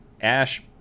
ash